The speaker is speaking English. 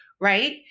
right